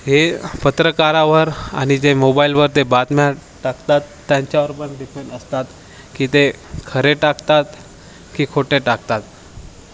हे पत्रकारावर आणि जे मोबाईलवर ते बातम्या टाकतात त्यांच्यावरपण डिफेंड असतात की ते खरे टाकतात की खोटे टाकतात